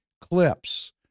clips